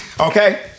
okay